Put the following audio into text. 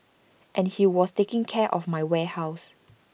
and he was taking care of my warehouse